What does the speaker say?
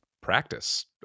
practice